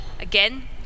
Again